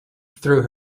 through